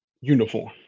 uniform